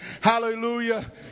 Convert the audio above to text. hallelujah